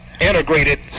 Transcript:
integrated